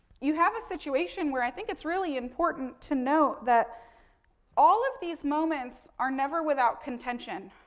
you have a situation where, i think, it's really important to note that all of these moments are never without contention,